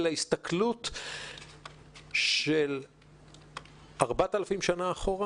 אלא הסתכלות של 4,000 שנה אחורה